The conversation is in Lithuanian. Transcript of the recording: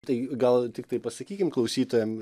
tai gal tiktai pasakykim klausytojam